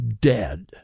dead